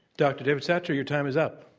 dr. david satcher, your time is up.